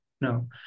no